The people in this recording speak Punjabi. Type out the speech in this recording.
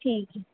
ਠੀਕ